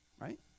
right